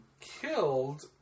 killed